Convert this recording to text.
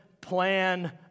plan